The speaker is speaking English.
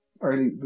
early